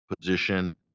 position